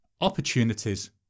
opportunities